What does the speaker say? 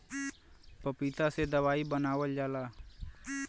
पपीता से दवाई बनावल जाला